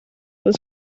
was